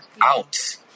out